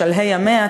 בשלהי ימיה,